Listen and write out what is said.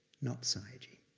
not sayagyi.